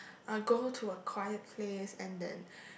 uh go to a quiet place and then